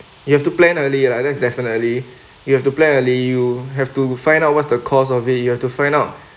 you have to plan early lah that is definitely you have to plan early you have to find out what's the cost of it you have to find out